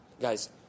Guys